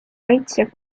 kaitsja